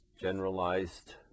generalized